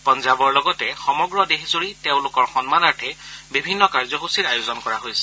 পঞ্জাৱৰ লগতে সমগ্ৰ দেশজুৰি তেওঁলোকক সন্মানাৰ্থে বিভিন্ন কাৰ্যসূচীৰ আয়োজন কৰা হৈছে